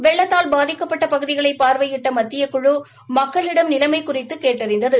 ள்ளத்தால் பாதிக்கப்பட்ட பகுதிகளை பார்வையிட்ட மத்தியக்குழு மக்களிடம் நிலைமை குறித்து கேட்டறிந்தது